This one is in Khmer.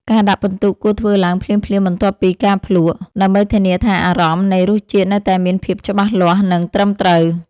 ការដាក់ពិន្ទុគួរធ្វើឡើងភ្លាមៗបន្ទាប់ពីការភ្លក្ស ដើម្បីធានាថាអារម្មណ៍នៃរសជាតិនៅតែមានភាពច្បាស់លាស់ និងត្រឹមត្រូវ។